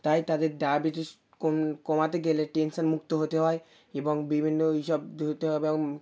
তাই তাদের ডায়বেটিস কম কমাতে গেলে টেনশানমুক্ত হতে হয় এবং বিভিন্ন এই সব